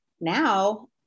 Now